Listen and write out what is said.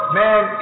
man